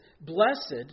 blessed